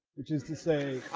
which is to say